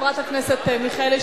חברת הכנסת מיכאלי,